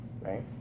right